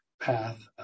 path